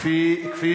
חבר הכנסת בן-ארי.